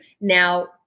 now